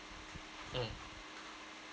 mm